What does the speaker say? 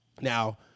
now